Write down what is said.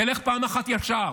תלך פעם אחת ישר,